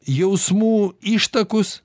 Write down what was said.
jausmų ištakus